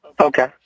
Okay